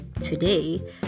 today